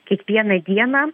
kiekvieną dieną